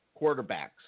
quarterbacks